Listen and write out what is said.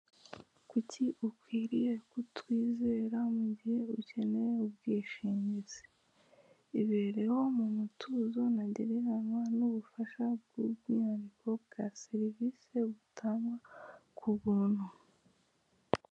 Kuki ukwiriye kutwizera mu mugihe ukeneye ubwishingizi ibereho mu mutuzo ntagereranywa n'ubufasha bw'umwihariko bwa serivisi butangwa ku buntu.